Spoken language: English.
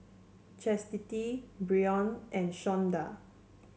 Chastity Brion and Shawnda